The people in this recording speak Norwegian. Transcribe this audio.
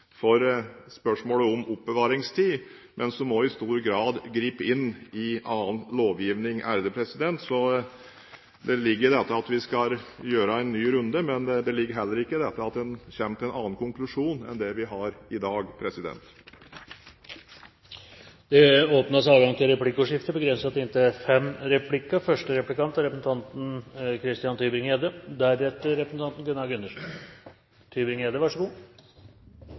for spørsmålet om oppbevaringstid, men det vil også i stor grad gripe inn i annen lovgivning. Så det ligger i dette at vi skal ta en ny runde, men det ligger ikke i dette at en kommer til en annen konklusjon enn den vi har i dag. Det blir replikkordskifte. Jeg ble litt overrasket over finansministeren som ikke klarte å svare på spørsmålet fra representanten Tenden, om det har vært behov for å lagre dokumenter over fem